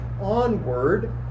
onward